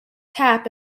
tap